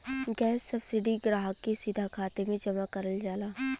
gas subsidy ग्राहक के सीधा खाते में जमा करल जाला